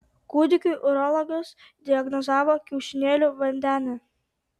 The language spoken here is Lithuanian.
kūdikiui urologas diagnozavo kiaušinėlių vandenę